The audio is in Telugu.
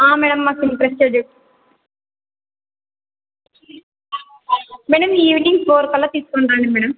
మేడం మాకు ఇంట్రెస్ట్ చె మేడం ఈవినింగ్ ఫోర్ కల్లా తీసుకుంటాండి మేడం